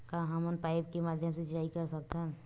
का हमन पाइप के माध्यम से सिंचाई कर सकथन?